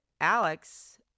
Alex